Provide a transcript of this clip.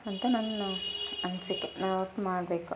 ಅಂತ ನನ್ನ ಅನಿಸಿಕೆ ನಾ ಒಟ್ಟು ಮಾಡಬೇಕು